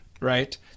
right